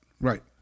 right